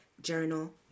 Journal